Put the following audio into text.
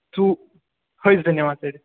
through نوان کٔرِتھ